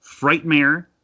Frightmare